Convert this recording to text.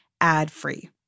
ad-free